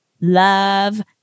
Love